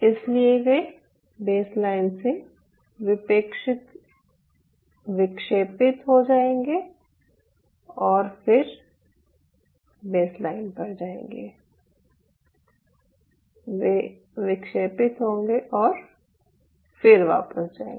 इसलिए वे बेसलाइन से विक्षेपित हो जायेंगे और फिर वापस बेसलाइन पर जाएंगे वे विक्षेपित होंगे और फिर वापस जाएंगे